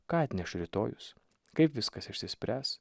ką atneš rytojus kaip viskas išsispręs